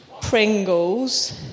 Pringles